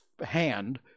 hand